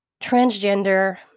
transgender